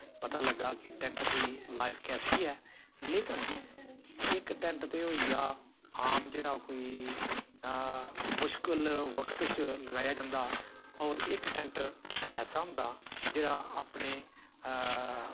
पता लग्गा कि टैंट दी लाइफ कैसी ऐ लेकिन इक टैंट ते होई गेआ आम जेह्ड़ा कोई मुश्कल वक्त च लगाया जंदा होर इक टैंट ऐसा होंदा जेह्ड़ा अपने